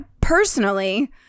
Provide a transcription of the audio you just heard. personally